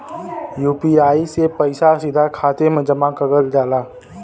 UPI से पइसा सीधा खाते में जमा कगल जाला